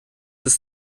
ist